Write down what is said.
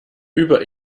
über